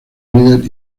líder